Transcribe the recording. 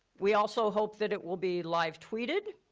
we also hope that it will be live tweeted,